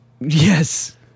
Yes